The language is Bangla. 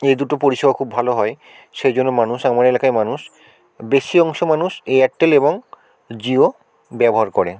এই দুটো পরিষেবা খুব ভালো হয় সেই জন্য মানুষ আমার এলাকায় মানুষ বেশি অংশ মানুষ এয়ারটেল এবং জিও ব্যবহার করে